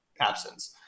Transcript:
absence